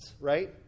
right